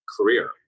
career